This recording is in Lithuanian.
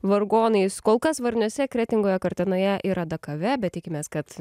vargonais kol kas varniuose kretingoje kartenoje ir adakave bet tikimės kad